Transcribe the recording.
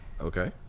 Okay